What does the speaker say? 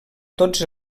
tots